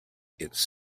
its